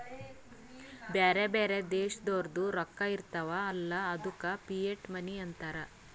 ಬ್ಯಾರೆ ಬ್ಯಾರೆ ದೇಶದೋರ್ದು ರೊಕ್ಕಾ ಇರ್ತಾವ್ ಅಲ್ಲ ಅದ್ದುಕ ಫಿಯಟ್ ಮನಿ ಅಂತಾರ್